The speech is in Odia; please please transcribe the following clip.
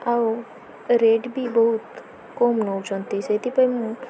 ଆଉ ରେଟ୍ ବି ବହୁତ କମ୍ ନେଉଛନ୍ତି ସେଇଥିପାଇଁ ମୁଁ